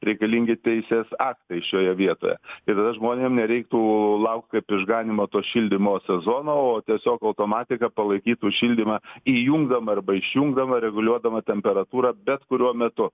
reikalingi teisės aktai šioje vietoje tai tada žmonėm nereiktų laukti kaip išganymo to šildymo sezono o tiesiog automatika palaikytų šildymą įjungdama arba išjungdama reguliuodama temperatūrą bet kuriuo metu